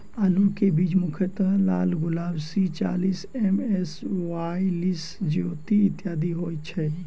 आलु केँ बीज मुख्यतः लालगुलाब, सी चालीस, एम.एस बयालिस, ज्योति, इत्यादि होए छैथ?